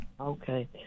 Okay